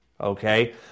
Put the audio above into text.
okay